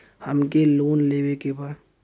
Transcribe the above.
हमके लोन लेवे के बा?